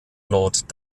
lord